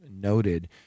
noted